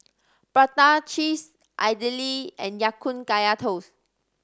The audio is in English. prata cheese idly and Ya Kun Kaya Toast